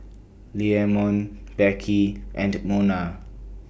Leamon Beckie and Mona